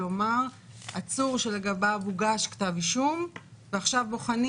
כלומר עצור שלגביו הוגש כתב אישום ועכשיו בוחנים